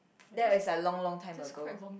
that was like long long time ago